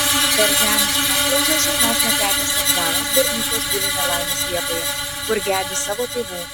per žemės nuošliaužą šeimos netekęs afganas berniukas guli nelaimės vietoje kur gedi savo tėvų